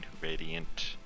Radiant